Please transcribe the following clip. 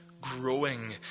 growing